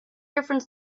different